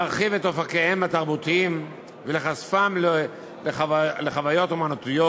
להרחיב את אופקיהם התרבותיים ולחושפם לחוויות אמנותיות,